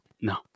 No